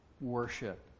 worship